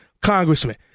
congressman